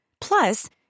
Plus